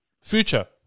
Future